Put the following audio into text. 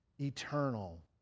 eternal